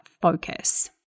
focus